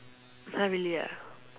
!huh! really ah